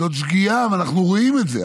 זאת שגיאה, ואנחנו רואים את זה.